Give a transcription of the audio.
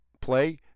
play